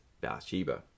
Bathsheba